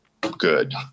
good